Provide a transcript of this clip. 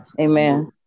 amen